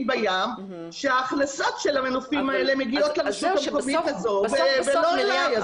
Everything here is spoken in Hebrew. בים שההכנסות של המנופים האלה מגיעות לרשויות ולא אלי.